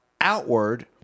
outward